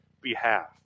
behalf